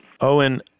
Owen